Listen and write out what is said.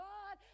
God